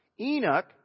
Enoch